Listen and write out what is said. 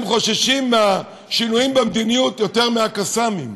הם חוששים מהשינויים במדיניות יותר מהקסאמים.